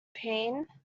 pain